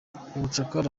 ubucakara